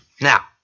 Now